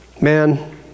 Man